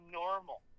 normal